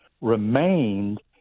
remained